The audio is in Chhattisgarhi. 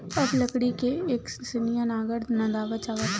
अब लकड़ी के एकनसिया नांगर नंदावत जावत हे